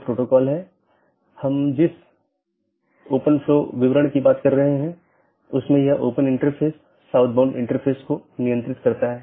अब मैं कैसे एक मार्ग को परिभाषित करता हूं यह AS के एक सेट द्वारा परिभाषित किया गया है और AS को मार्ग मापदंडों के एक सेट द्वारा तथा गंतव्य जहां यह जाएगा द्वारा परिभाषित किया जाता है